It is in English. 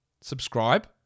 subscribe